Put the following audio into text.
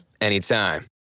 anytime